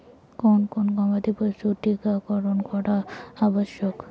কোন কোন গবাদি পশুর টীকা করন করা আবশ্যক?